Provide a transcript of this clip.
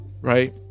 right